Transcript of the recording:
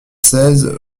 seize